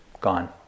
gone